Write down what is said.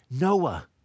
Noah